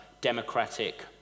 democratic